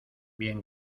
bien